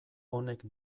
honek